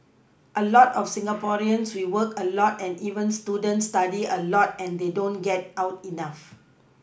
a lot of Singaporeans we work a lot and even students study a lot and they don't get out enough